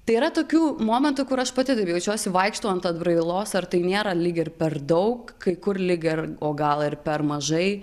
tai yra tokių momentų kur aš pati taip jaučiuosi vaikštau ant atbrailos ar tai nėra lyg ir per daug kai kur lyg ir o gal ir per mažai